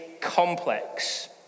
complex